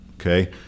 okay